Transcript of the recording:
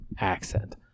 accent